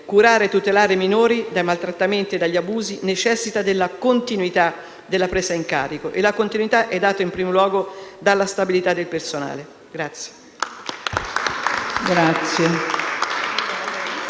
curare e tutelare i minori dai maltrattamenti e dagli abusi necessiti della continuità della presa in carico, e la continuità è data in primo luogo dalla stabilità del personale.